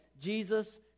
Jesus